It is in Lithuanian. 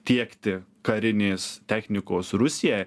tiekti karinės technikos rusijai